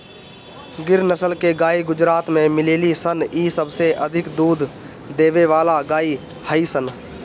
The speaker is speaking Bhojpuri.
गिर नसल के गाई गुजरात में मिलेली सन इ सबसे अधिक दूध देवे वाला गाई हई सन